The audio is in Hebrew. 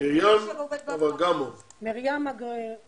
מאוקראינה והבגרות